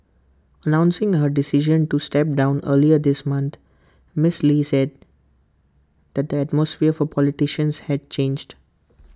announcing her decision to step down earlier this month miss lee said the atmosphere for politicians had changed